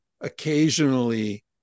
occasionally